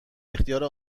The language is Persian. اختیار